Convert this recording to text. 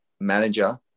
manager